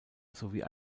sowie